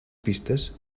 pistes